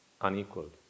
unequaled